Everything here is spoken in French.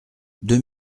deux